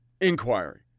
inquiry